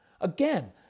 Again